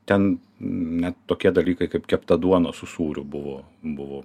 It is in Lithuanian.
ten net tokie dalykai kaip kepta duona su sūriu buvo buvo